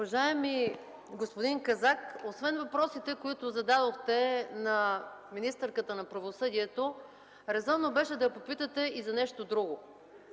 Уважаеми господин Казак, освен въпросите, които зададохте на министърката на правосъдието, резонно беше да я попитате и за нещо друго.